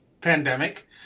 pandemic